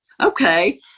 Okay